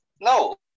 no